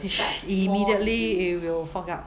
immediately it will fog up